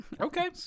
Okay